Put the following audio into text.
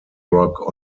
rock